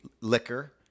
liquor